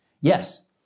Yes